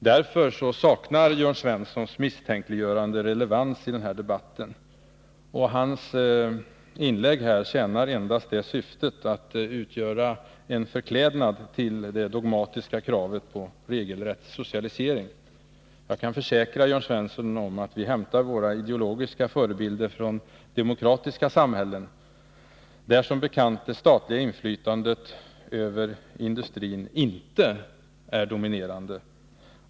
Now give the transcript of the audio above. Därför saknar Jörn Svenssons misstänkliggörande relevans i den här debatten. Hans inlägg här tjänar endast det syftet att utgöra en förklädnad till det dogmatiska kravet på en regelrätt socialisering. Jag kan försäkra Jörn Svensson om att vi hämtar våra ideologiska förebilder från demokratiska samhällen, där det statliga inflytandet över industrin som bekant inte är dominerande.